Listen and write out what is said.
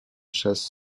chasse